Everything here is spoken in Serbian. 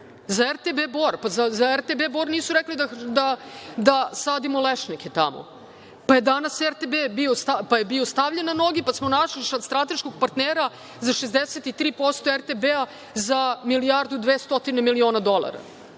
Za RTB „Bor“? Zar za RTB „Bor“ nisu rekli da sadimo lešnike tamo? Pa, je danas RTB bio stavljen na noge, pa smo našli strateškog partnera za 63% RTB za milijardu 200 miliona dolara.